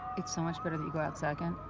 it' so much better that you go out second,